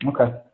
Okay